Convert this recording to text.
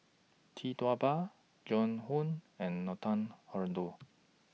Tee Tua Ba Joan Hon and Nathan Hartono